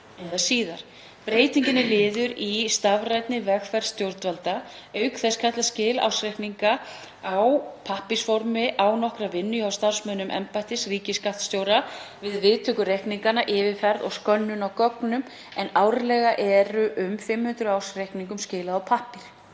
Breytingin er liður í stafrænni vegferð stjórnvalda. Auk þess kalla skil ársreikninga á pappírsformi á nokkra vinnu hjá starfsmönnum embættis ríkisskattstjóra við viðtökur reikninganna, yfirferð og skönnun á gögnum en árlega er um 500 ársreikningum skilað á pappír.